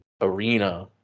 arena